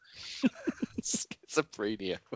Schizophrenia